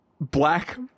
black